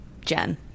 Jen